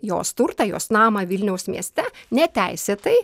jos turtą jos namą vilniaus mieste neteisėtai